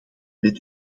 met